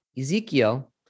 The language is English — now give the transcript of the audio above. Ezekiel